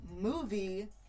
movie